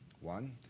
One